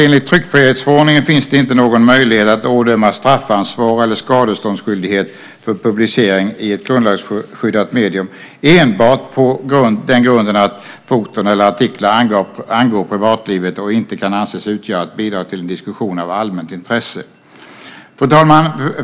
Enligt tryckfrihetsförordningen finns det inte någon möjlighet att ådöma straffansvar eller skadeståndsskyldighet för publicering i ett grundlagsskyddat medium enbart på den grunden att foton eller artiklar angår privatlivet och inte kan anses utgöra ett bidrag till en diskussion av allmänt intresse. Fru talman!